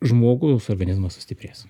žmogaus organizmas sustiprės